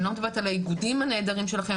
אני לא מדברת על האיגודים הנהדרים שלכם,